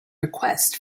requests